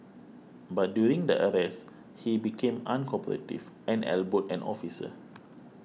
but during the arrest he became uncooperative and elbowed an officer